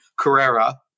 Carrera